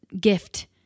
gift